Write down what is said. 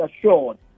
assured